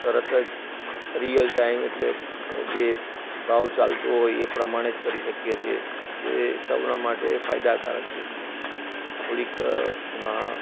તરત જ real time એટલે જે ભાવ ચાલતો હોય એ પ્રમાણે જ કરી શકીએ છે જે સૌના માટે ફાયદાકારક છે થોડીક એમાં